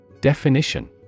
Definition